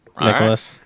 Nicholas